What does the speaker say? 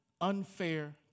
unfair